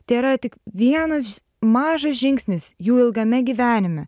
tėra tik vienas mažas žingsnis jų ilgame gyvenime